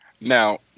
Now